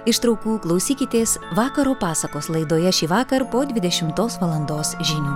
ištraukų klausykitės vakaro pasakos laidoje šįvakar po dvidešimtos valandos žinių